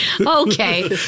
Okay